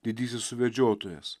didysis suvedžiotojas